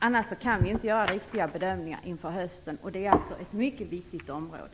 Annars kan vi inte göra riktiga bedömningar inför hösten. Detta är ett mycket viktigt område.